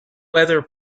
weather